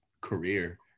career